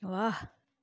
वाह्